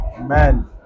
man